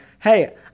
hey